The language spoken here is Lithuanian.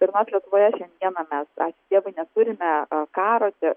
ir mes lietuvoje šiandieną mes ačiū dievui neturime karo čia